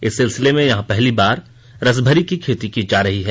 इस सिलसिले में यहां पहली बार रसभरी की खेती की जा रही है